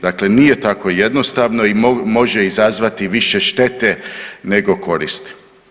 Dakle, nije tako jednostavno i može izazvati više štete nego koristi.